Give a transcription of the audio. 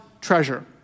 treasure